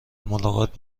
ملاقات